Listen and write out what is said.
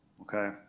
okay